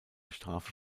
strafe